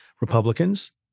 Republicans